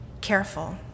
careful